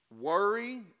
Worry